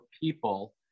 people